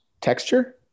Texture